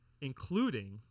including